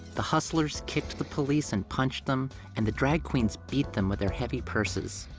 the hustlers kicked the police and punched them, and the drag queens beat them with their heavy purses.